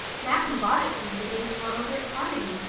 matthew bought it for me the day we were over at carmody.